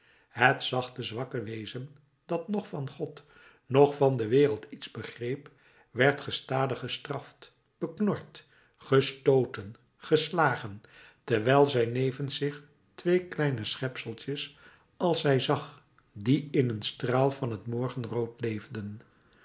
het zachte zwakke wezen dat noch van god noch van de wereld iets begreep werd gestadig gestraft beknord gestooten geslagen terwijl zij nevens zich twee kleine schepseltjes als zij zag die in een straal van t morgenrood leefden